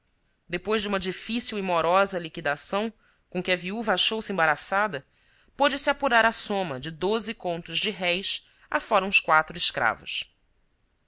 depois de uma difícil e morosa liquidação com que a viúva achou-se embaraçada pôde se apurar a soma de doze contos de réis afora uns quatro escravos